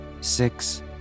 six